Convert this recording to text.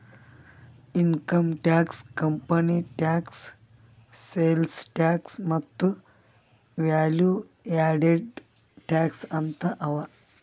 income tax, company tax, sales tax ಮತ್ತ value added tax ಅಂತ್ ಅವಾ